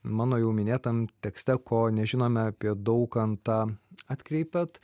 mano jau minėtam tekste ko nežinome apie daukantą atkreipiat